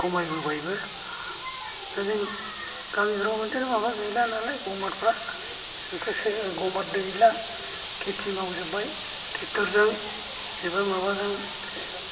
खमायबोबायबो दा जों गामिफ्राव बिदिनो माबा गैला नालाय गमाथफ्रा बेखौसो गमाथ गैला खेथि मावजोबबाय थेकथरजों एबा माबाजों